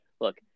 look